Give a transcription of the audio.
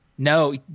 No